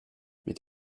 mit